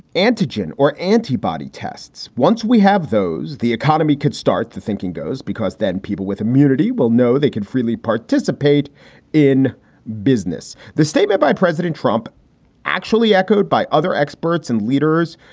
antigen or antibody tests once we have those. the economy could start. the thinking goes because then people with immunity will know they can freely participate in business. the statement by president trump actually echoed by other experts and leaders,